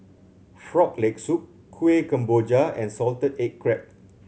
Frog Leg Soup Kuih Kemboja and salted egg crab